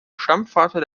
stammvater